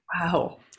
Wow